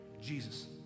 Jesus